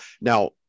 Now